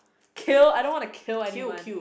kill I don't want to kill anyone